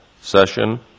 session